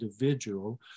individual